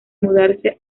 mudarse